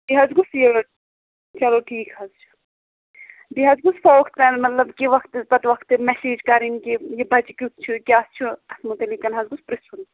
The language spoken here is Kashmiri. یہِ حظ گوٚژھ یہِ چلو ٹھیٖک حظ چھُ بیٚیہِ حظ گوٚژھ کہ مطلب وکُتہٕ پہ وکھتہ میسیج کَرنۍ کہ یہ بچہ کیُتھ چھُ کیاہ چھُ اتھ مُتعلِق حظ گوٚژھ پرژھُن